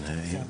בבקשה.